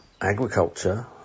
agriculture